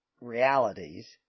realities